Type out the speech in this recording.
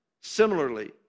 similarly